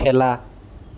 খেলা